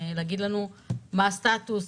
להגיד לנו מה הסטטוס,